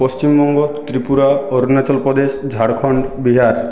Paschimbanga Tripura Arunachal Pradesh Jharkhand Bihar